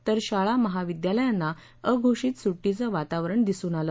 तर शाळा महाविद्यालयांना अघोषतीत सुट्टीचे वातावरण दिसून आले